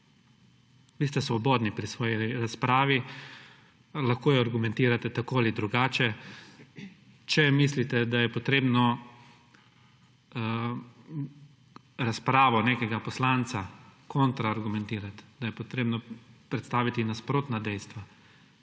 Vi ste svobodni pri svoji razpravi. Lahko jo argumentirate tako ali drugače, če mislite, da je potrebno razpravo nekega poslanca kontra argumentirati, da je potrebno predstaviti nasprotna dejstva,